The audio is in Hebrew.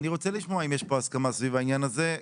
אני רוצה לשמוע אם יש פה הסכמה סביב העניין הזה,